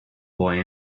boy